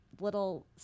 little